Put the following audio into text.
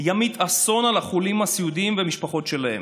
ימיט אסון על החולים הסיעודיים והמשפחות שלהם.